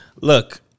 Look